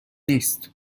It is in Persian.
نیست